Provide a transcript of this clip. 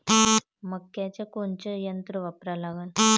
मक्याचं कोनचं यंत्र वापरा लागन?